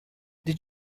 did